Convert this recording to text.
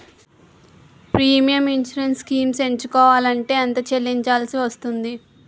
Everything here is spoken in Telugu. ప్రీమియం ఇన్సురెన్స్ స్కీమ్స్ ఎంచుకోవలంటే ఎంత చల్లించాల్సివస్తుంది??